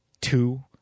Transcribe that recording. two